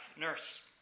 nurse